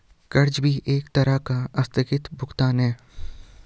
कर्ज भी एक तरह का आस्थगित भुगतान है